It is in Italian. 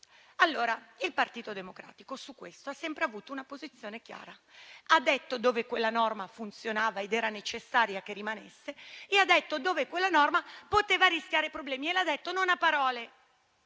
Il Partito Democratico su questo ha sempre avuto una posizione chiara: ha detto dove quella norma funzionava ed era necessario che rimanesse e ha detto dove quella norma poteva rischiare di creare problemi. E l'ha detto non a parole,